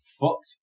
fucked